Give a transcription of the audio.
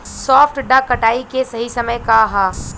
सॉफ्ट dough कटाई के सही समय का ह?